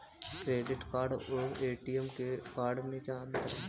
Credit card और ATM card में क्या अंतर है?